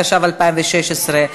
התשע"ו 2016,